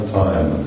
time